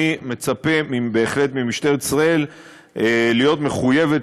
אני מצפה ממשטרת ישראל להיות מחויבת